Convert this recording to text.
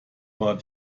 war